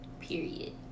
period